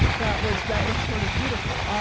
that was that was sort of beautiful.